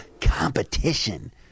competition